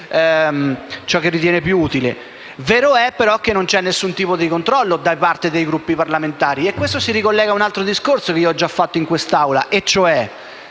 ciò che ritiene più utile. Ma è anche vero che non esiste alcun tipo di controllo da parte dei Gruppi parlamentari. E questo si ricollega a un altro discorso che ho già fatto in quest'Aula.